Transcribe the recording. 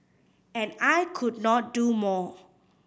and I could not do more